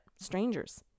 Strangers